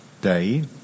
day